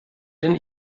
denn